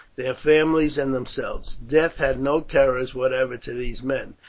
their families and themselves. death had no terrors whatever to these men,